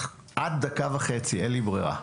דקה וחצי, אין לי ברירה.